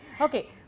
Okay